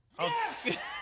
Yes